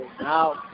now